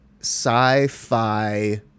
sci-fi